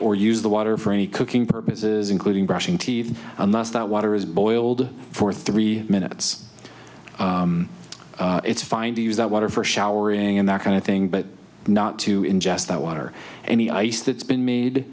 or use the water for any cooking purposes including brushing teeth unless that water is boiled for three minutes it's fine to use that water for showering and that kind of thing but not to ingest that water any ice that's been made